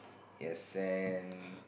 yes in